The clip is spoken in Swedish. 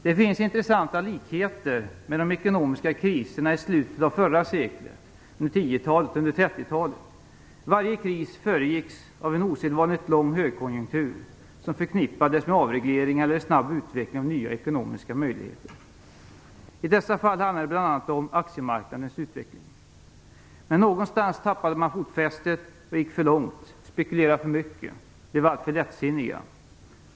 Det finns intressanta likheter med de ekonomiska kriserna i slutet av förra seklet, under 10 och 30-talet. Varje kris föregicks av en osedvanligt lång högkonjunktur som förknippades med avregleringar eller snabb utveckling av nya ekonomiska möjligheter. I dessa fall handlade det bl.a. om aktiemarknadens utveckling. Men någonstans tappade man fotfästet och gick för långt, spekulerade för mycket och blev alltför lättsinnig.